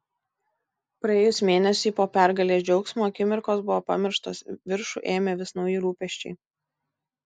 praėjus mėnesiui po pergalės džiaugsmo akimirkos buvo primirštos viršų ėmė vis nauji rūpesčiai